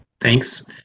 Thanks